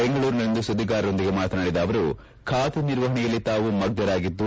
ಬೆಂಗಳೂರಿನಲ್ಲಿಂದು ಸುದ್ದಿಗಾರರೊಂದಿಗೆ ಮಾತನಾಡಿದ ಅವರು ಖಾತೆ ನಿರ್ವಹಣೆಯಲ್ಲಿ ತಾವು ಮಗ್ನರಾಗಿದ್ದು